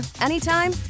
anytime